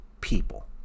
people